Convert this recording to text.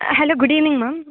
hello good evening ma'am